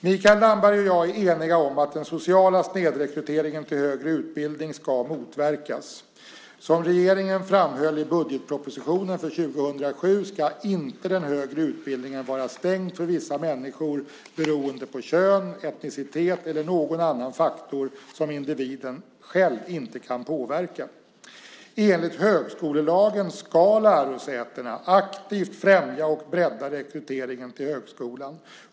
Mikael Damberg och jag är eniga om att den sociala snedrekryteringen till högre utbildning ska motverkas. Som regeringen framhöll i budgetpropositionen för 2007 ska inte den högre utbildningen vara stängd för vissa människor beroende på kön, etnicitet eller någon annan faktor som individen själv inte kan påverka. Enligt högskolelagen ska lärosätena aktivt främja och bredda rekryteringen till högskolan.